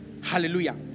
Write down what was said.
Hallelujah